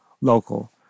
local